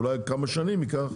אולי כמה שנים ייקח,